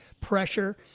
pressure